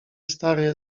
stary